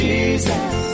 Jesus